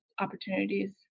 opportunities